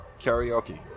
Karaoke